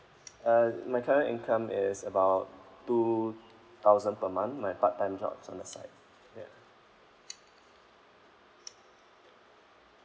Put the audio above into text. uh my current income is about two thousand per month my part time job on the side ya